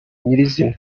nyirizina